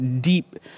deep